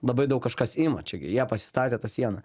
labai daug kažkas ima čia gi jie pasistatė tą sieną